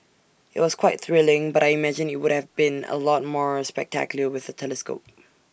IT was quite thrilling but I imagine IT would have been A lot more spectacular with A telescope